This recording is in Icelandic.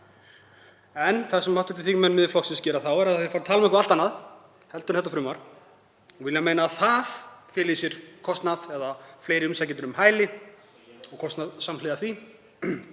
En það sem hv. þingmenn Miðflokksins gera þá er að þeir fara að tala um eitthvað allt annað en þetta frumvarp. Þeir vilja meina að það feli í sér kostnað eða fleiri umsækjendur um hæli og kostnað samhliða því,